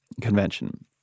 convention